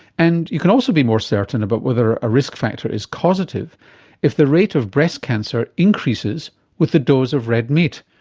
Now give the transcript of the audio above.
and you can also be more certain about whether a risk factor is causative if the rate of breast cancer increases with the dose of red meat.